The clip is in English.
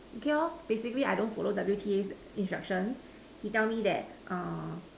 okay lor basically I don't follow W_T_A's instructions he tell me that err